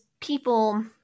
people